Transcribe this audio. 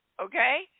Okay